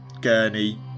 gurney